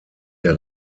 der